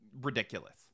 Ridiculous